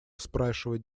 спрашивать